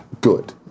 good